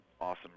awesome